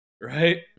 right